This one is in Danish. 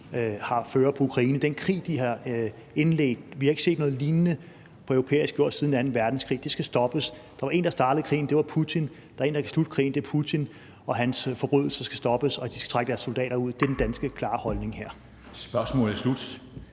fører på Ukraine, den krig, de har indledt. Vi har ikke set noget lignende på europæisk jord siden anden verdenskrig, og det skal stoppes. Der var én, der startede krigen, og det var Putin, og der er én, der kan slutte krigen, og det er Putin, og hans forbrydelser skal stoppes, og de skal trække deres soldater ud. Det er den danske klare holdning her. Kl.